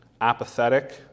apathetic